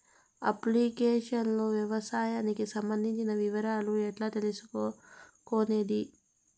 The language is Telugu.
అప్లికేషన్ లో వ్యవసాయానికి సంబంధించిన వివరాలు ఎట్లా తెలుసుకొనేది?